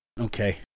Okay